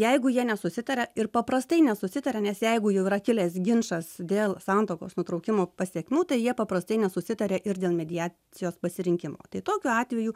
jeigu jie nesusitaria ir paprastai nesusitaria nes jeigu jau yra kilęs ginčas dėl santuokos nutraukimo pasekmių tai jie paprastai nesusitaria ir dėl mediacijos pasirinkimo tai tokiu atveju